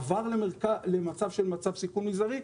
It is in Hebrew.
עבר למצב של סיכון מזערי,